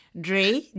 Dre